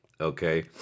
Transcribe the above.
Okay